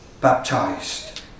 baptized